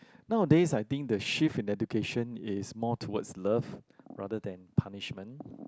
nowadays I think the shift in education is more towards love rather than punishment